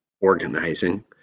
organizing